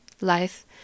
life